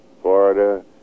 Florida